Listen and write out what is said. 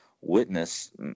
witness